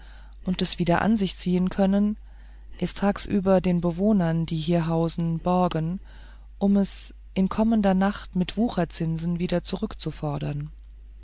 und es wieder an sich ziehen können es tagsüber den bewohnern die hier hausen borgen um es in kommender nacht mit wucherzinsen wieder zurückzufordern